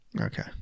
Okay